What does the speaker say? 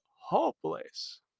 hopeless